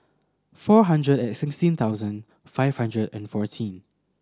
four hundred and sixteen thousand five hundred and fourteen